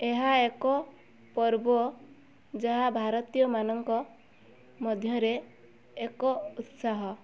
ଏହା ଏକ ପର୍ବ ଯାହା ଭାରତୀୟମାନଙ୍କ ମଧ୍ୟରେ ଏକ ଉତ୍ସାହ